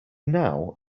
now